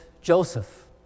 Joseph